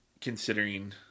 considering